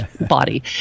body